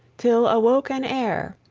till awoke an heir,